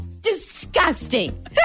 disgusting